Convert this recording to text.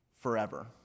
forever